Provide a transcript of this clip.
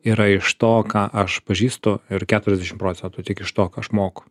yra iš to ką aš pažįstu ir keturiasdešimt procentų tik iš to ką aš moku